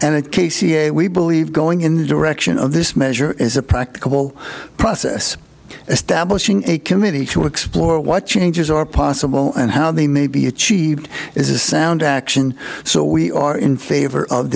casey a we believe going in the direction of this measure is a practical process establishing a committee to explore what changes are possible and how they may be achieved is a sound action so we are in favor of